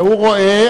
והוא רואה,